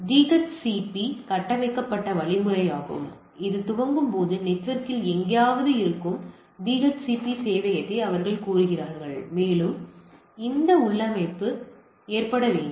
அவை டிஹெச்சிபி கட்டமைக்கப்பட்ட வழிமுறையாகும் அவை துவக்கும்போது நெட்வொர்க்கில் எங்காவது இருக்கும் டிஹெச்சிபி சேவையகத்தை அவர்கள் கோருகிறார்கள் மேலும் அந்த உள்ளமைவு ஏற்றப்பட வேண்டும்